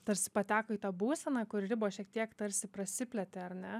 tarsi pateko į tą būseną kur ribos šiek tiek tarsi prasiplėtė ar ne